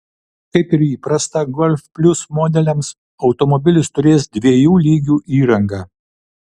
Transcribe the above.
kaip ir įprasta golf plius modeliams automobilis turės dviejų lygių įrangą